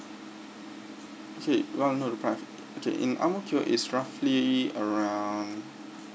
okay you want to know the price okay in ang mo kio it's roughly around